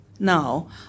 Now